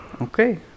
Okay